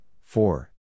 four